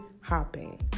hopping